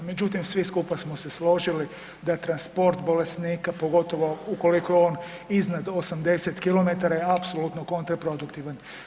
Međutim svi skupa smo se složili da transport bolesnika pogotovo ukoliko je on iznad 80 km je apsolutno kontraproduktivan.